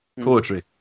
Poetry